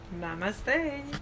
Namaste